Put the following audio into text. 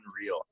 unreal